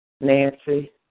Nancy